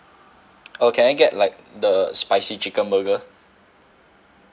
oh can I get like the spicy chicken burger